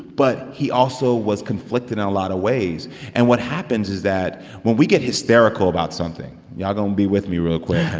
but he also was conflicted in a lot of ways and what happens is that when we get hysterical about something y'all going to be with me real quick, and